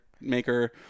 maker